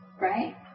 right